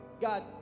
God